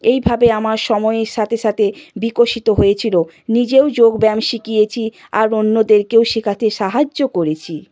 এইভাবে আমার সময়ের সাথে সাথে বিকশিত হয়েছিল নিজেও যোগব্যায়াম শিখিয়েছি আর অন্যদেরকেও শেখাতে সাহায্য করেছি